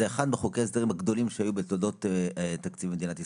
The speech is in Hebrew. זה אחד מחוקי ההסדרים הגדולים שהיו בתולדות תקציב מדינת ישראל.